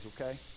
okay